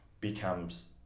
becomes